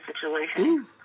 situation